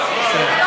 אתה היושב-ראש?